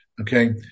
okay